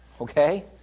Okay